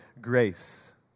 grace